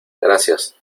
gracias